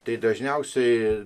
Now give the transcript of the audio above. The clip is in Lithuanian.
tai dažniausiai